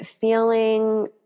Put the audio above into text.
feeling